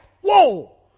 Whoa